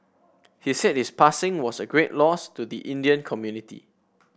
he said his passing was a great loss to the Indian community